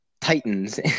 Titans